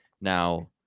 now